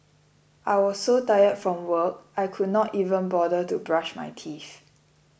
I was so tired from work I could not even bother to brush my teeth